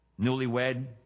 newlywed